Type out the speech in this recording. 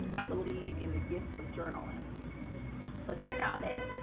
i believe in the gift of journaling so check out that